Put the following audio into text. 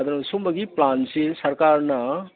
ꯑꯗꯨꯅ ꯁꯨꯝꯕꯒꯤ ꯄ꯭ꯂꯥꯟꯁꯤ ꯁꯔꯀꯥꯔꯅ